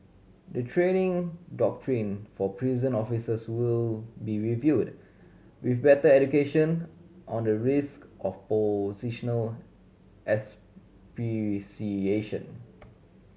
the training doctrine for prison officers will be reviewed with better education on the risk of positional asphyxiation